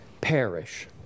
perish